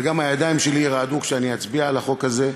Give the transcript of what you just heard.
וגם הידיים שלי ירעדו כשאני אצביע על החוק הזה,